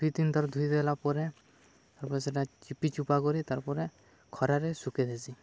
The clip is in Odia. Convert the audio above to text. ଦୁଇ ତିନ୍ ଥର୍ ଧୁଇ ଦେଲା ପରେ ତାପରେ ସେଟା ଚିପି ଚୁପା କରି ତାର୍ ପରେ ଖରାରେ ସୁକେଇ ଦେସି